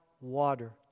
water